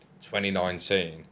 2019